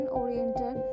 oriented